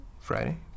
Friday